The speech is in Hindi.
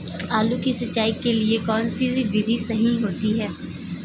आलू की सिंचाई के लिए कौन सी विधि सही होती है?